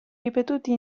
ripetuti